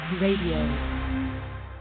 Radio